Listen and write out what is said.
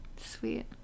sweet